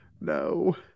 No